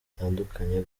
batandukanye